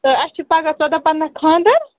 تہٕ اَسہِ چھِ پگاہ ژۄداہ پَنٛداہ خانٛدَر